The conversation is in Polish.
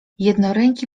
jednoręki